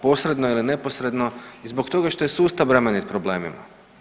Posredno ili neposredno zbog toga što je sustav bremenit problemima.